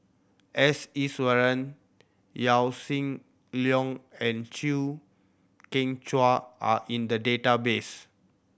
S Iswaran Yaw Shin Leong and Chew Kheng Chuan are in the database